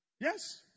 Yes